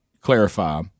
clarify